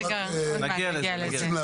רגע, אנחנו נגיע לזה.